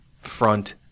front